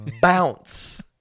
bounce